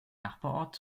nachbarort